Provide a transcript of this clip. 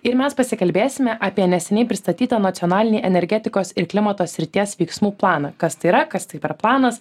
ir mes pasikalbėsime apie neseniai pristatytą nacionalinį energetikos ir klimato srities veiksmų planą kas tai yra kas tai per planas